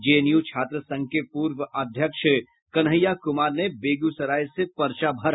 JNU छात्र संघ के पूर्व अध्यक्ष कन्हैया कुमार ने बेगूसराय से पर्चा भरा